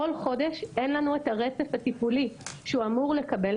אין לנו רצף טיפולי שהוא אמור לקבל,